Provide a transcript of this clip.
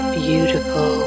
beautiful